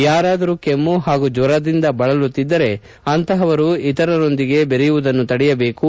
ಯಾರಾದರೂ ಕೆಮ್ನು ಹಾಗೂ ಜ್ವರದಿಂದ ಬಳಲುತ್ತಿದ್ದರೆ ಅಂತಹವರು ಇತರರೊಂದಿಗೆ ದೆರೆಯುವುದನ್ನು ತಡೆಯದೇಕು